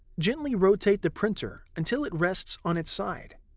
gently rotate the printer until it rests on its side.